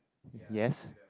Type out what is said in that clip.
yes